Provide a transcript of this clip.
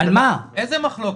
איזו מחלוקת?